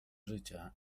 życia